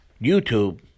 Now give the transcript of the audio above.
YouTube